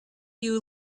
you